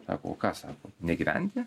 sako o ką sako negyventi